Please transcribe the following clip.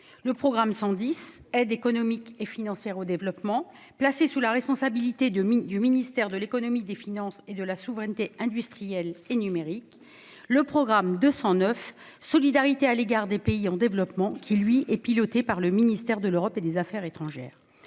le programme 110, « Aide économique et financière au développement », placé sous la responsabilité du ministre de l'économie, des finances et de la souveraineté industrielle et numérique ; le programme 209, « Solidarité à l'égard des pays en développement », qui, lui, est piloté par le ministre de l'Europe et des affaires étrangères.